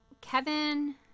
Kevin